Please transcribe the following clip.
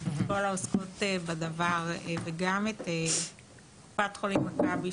גם את קופת החולים ׳מכבי׳,